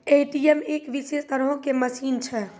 ATM एक विशेष तरहो के मशीन छै